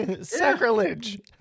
sacrilege